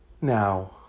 Now